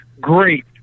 great